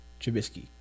Trubisky